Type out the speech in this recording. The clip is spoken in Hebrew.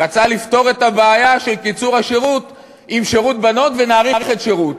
רצה לפתור את הבעיה של קיצור השירות עם שירות בנות ונאריך את השירות.